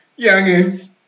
youngin